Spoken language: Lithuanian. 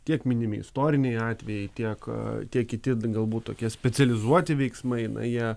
tiek minimi istoriniai atvejai tiek tiek kiti gal būt tokie specializuoti veiksmai na jie